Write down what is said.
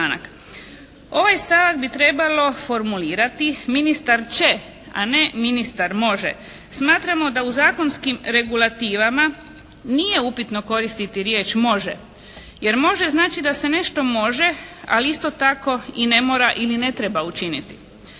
Ovaj stavak bi trebalo formulirati ministar će, a ne ministar može. Smatramo da u zakonskim regulativama nije upitno koristiti riječ može, jer može znači da se nešto može. Ali isto tako i ne mora ili ne treba učiniti.